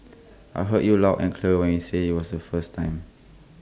I heard you loud and clear when you said IT was the first time